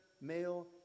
male